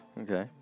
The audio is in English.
Okay